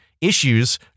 issues